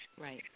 Right